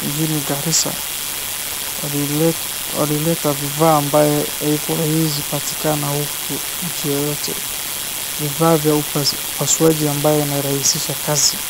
mjini Garisa. Walileta vifaa ambavyo haiwezi patikana nchi yoyote. Vifaa vya upasuaji ambavyo inarahisisha kazi.